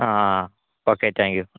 ആ okay thank you